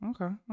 Okay